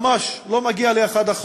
ממש, לא מגיע ל-1%.